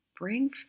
Bring